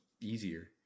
easier